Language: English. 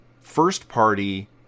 first-party